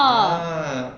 ah~